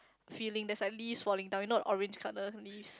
feeling there's like leaves falling down you know the orange colour leaves